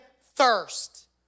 thirst